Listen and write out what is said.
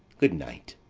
good night.